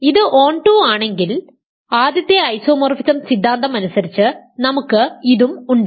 ഇത് ഓൺടൂ ആണെങ്കിൽ ആദ്യത്തെ ഐസോമോർഫിസം സിദ്ധാന്തം അനുസരിച്ച് നമുക്ക് ഇതും ഉണ്ട്